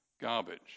garbage